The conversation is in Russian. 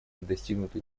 достигнуты